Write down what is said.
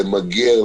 למגר,